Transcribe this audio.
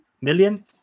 million